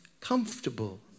comfortable